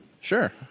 Sure